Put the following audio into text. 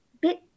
bit